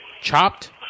Chopped